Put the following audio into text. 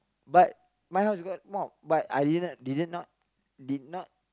but my house got mop but I didn't didn't not did not